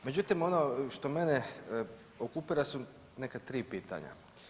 Međutim ono što mene okupira su neka 3 pitanja.